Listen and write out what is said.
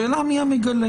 השאלה מי המגלה.